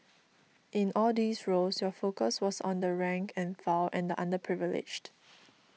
in all these roles your focus was on the rank and file and the underprivileged